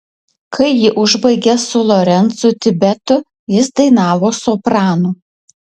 kai ji užbaigė su lorencu tibetu jis dainavo sopranu